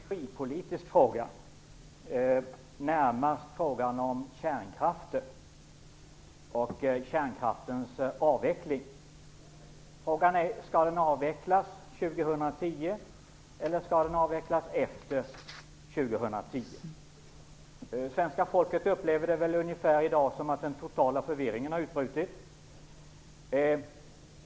Herr talman! Jag skulle vilja ställa en energipolitisk fråga, som närmast gäller kärnkraften och kärnkraftens avveckling. Frågan är: Skall den avvecklas år 2010, eller skall den avvecklas efter år 2010? Svenska folket upplever det i dag som att den totala förvirringen har utbrutit.